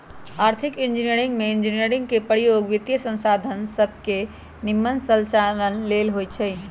आर्थिक इंजीनियरिंग में इंजीनियरिंग के प्रयोग वित्तीयसंसाधन सभके के निम्मन संचालन लेल होइ छै